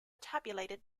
tabulated